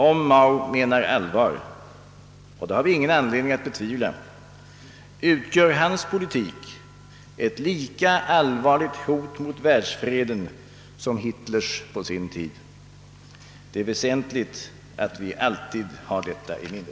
Om Mao menar allvar — och det har vi ingen anledning att betvivla — utgör hans politik ett lika allvarligt hot mot världsfreden som Hitlers på sin tid. Det är väsentligt att vi alltid har detta i minne.